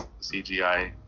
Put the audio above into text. CGI